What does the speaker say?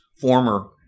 former